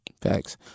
facts